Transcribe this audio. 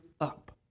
up